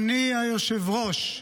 היושב-ראש,